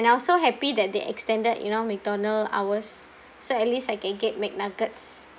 I so happy that they extended you know mcdonald hours so at least I can get mcnuggets